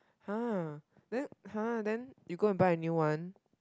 !huh! then !huh! then you go and buy a new one